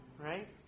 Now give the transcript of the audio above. right